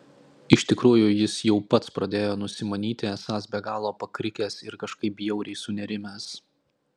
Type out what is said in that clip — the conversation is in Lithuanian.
iš tikrųjų jis jau pats pradėjo nusimanyti esąs be galo pakrikęs ir kažkaip bjauriai sunerimęs